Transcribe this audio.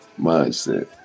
Mindset